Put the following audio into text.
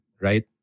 right